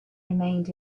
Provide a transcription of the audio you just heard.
remained